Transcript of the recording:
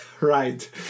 Right